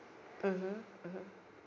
mmhmm mmhmm